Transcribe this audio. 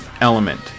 element